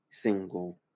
single